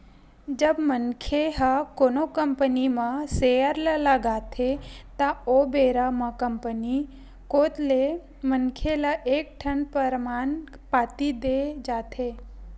जब मनखे ह कोनो कंपनी के म सेयर ल लगाथे त ओ बेरा म कंपनी कोत ले मनखे ल एक ठन परमान पाती देय जाथे